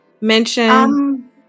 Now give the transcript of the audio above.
mention